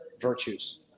virtues